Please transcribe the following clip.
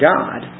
God